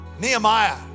nehemiah